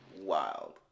wild